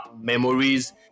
Memories